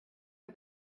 for